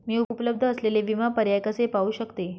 मी उपलब्ध असलेले विमा पर्याय कसे पाहू शकते?